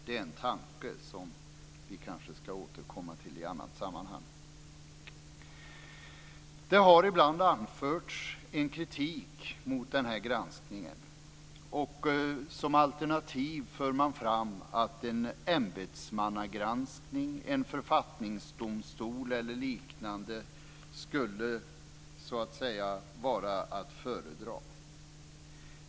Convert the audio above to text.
Det är en tanke som vi kanske ska återkomma till i annat sammanhang. Det har ibland anförts kritik mot den här granskningen. Som alternativ förs fram att en ämbetsmannagranskning, en författningsdomstol eller liknande skulle så att säga vara att föredra.